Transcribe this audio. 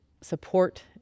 support